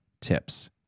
tips